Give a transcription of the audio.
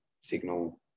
signal